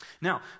Now